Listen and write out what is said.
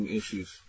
issues